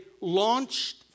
launched